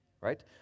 right